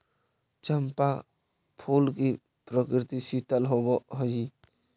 चंपा फूल की प्रकृति शीतल होवअ हई